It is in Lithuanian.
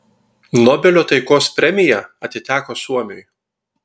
nobelio taikos premija atiteko suomiui